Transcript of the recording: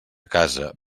casa